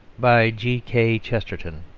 by g k. chesterton